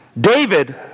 David